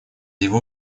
его